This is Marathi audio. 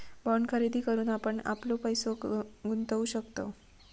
बाँड खरेदी करून आपण आपलो पैसो गुंतवु शकतव